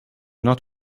not